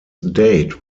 date